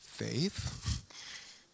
faith